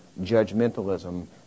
judgmentalism